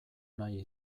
nahi